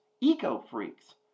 eco-freaks